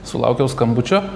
sulaukiau skambučio